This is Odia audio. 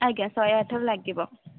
ଆଜ୍ଞା ଶହେଆଠରେ ଲାଗିବ